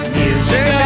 music